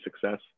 success